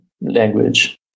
language